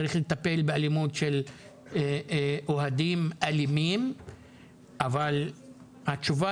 צריך לטפל באלימות של אוהדים אלימים אבל התשובה